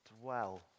dwell